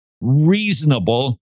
reasonable